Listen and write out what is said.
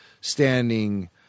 standing